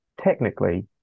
technically